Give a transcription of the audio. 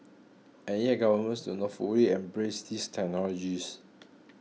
and yet governments do not fully embrace these technologies